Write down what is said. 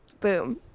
Boom